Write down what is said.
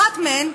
אחת מהן: